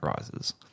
Rises